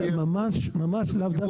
ממש לאו דווקא.